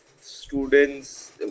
students